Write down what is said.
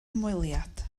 hymweliad